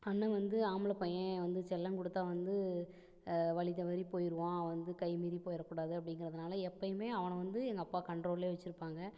அண்ணன் வந்து ஆம்பளை பையன் வந்து செல்லம் கொடுத்தா வந்து வழி தவறி போயிருவான் வந்து கை மீறி போயிறக்கூடாது அப்படிங்கிறதுனால எப்பையுமே அவனை வந்து எங்கள் அப்பா கண்ட்ரோல்லே வச்சிருப்பாங்க